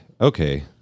okay